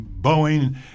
Boeing